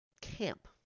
camp